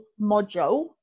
module